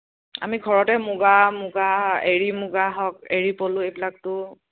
আমি ঘৰতে মুগা মুগা এৰি মুগা হওক এৰি পলু এইবিলাকটো